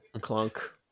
clunk